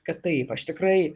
kad taip aš tikrai